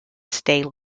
stay